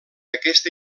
aquesta